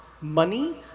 money